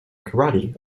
karate